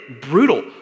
Brutal